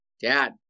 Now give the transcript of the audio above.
Dad